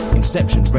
Inception